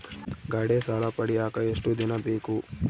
ಗಾಡೇ ಸಾಲ ಪಡಿಯಾಕ ಎಷ್ಟು ದಿನ ಬೇಕು?